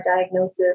diagnosis